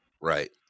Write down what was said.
Right